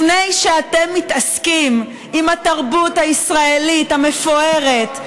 לפני שאתם מתעסקים עם התרבות הישראלית המפוארת,